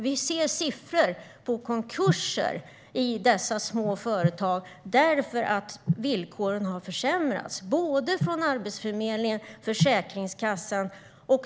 Vi ser siffror på ett ökat antal konkurser i dessa små företag, eftersom villkoren har försämrats från både Arbetsförmedlingen och Försäkringskassan.